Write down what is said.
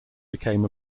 became